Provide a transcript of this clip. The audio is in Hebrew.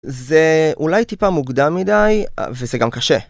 זה אולי טיפה מוקדם מדי, וזה גם קשה.